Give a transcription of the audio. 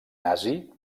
nazi